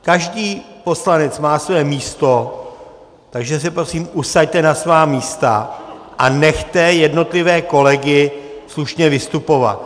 Každý poslanec má své místo, takže se prosím usaďte na svá místa a nechte jednotlivé kolegy slušně vystupovat.